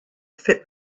fit